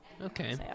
Okay